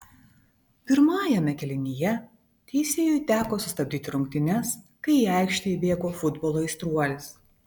pirmajame kėlinyje teisėjui teko sustabdyti rungtynes kai į aikštę įbėgo futbolo aistruolis